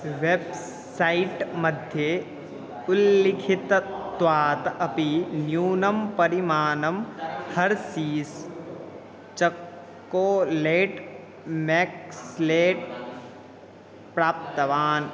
वेब्सैट्मध्ये उल्लिखितत्वात् अपि न्यूनं परिमाणं हर्सीस् चक्कोलेट् मेक्स्लेट् प्राप्तवान्